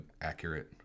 accurate